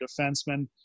defenseman